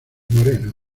moreno